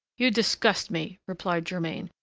you disgust me! replied germain,